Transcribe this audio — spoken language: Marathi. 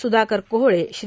सुधाकर कोहळे श्री